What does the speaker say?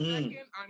Second